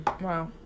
Wow